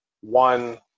one